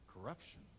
Corruption